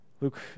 Luke